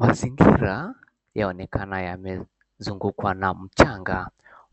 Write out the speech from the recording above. Mazingira, yaonekana yamezungukwa na mchanga.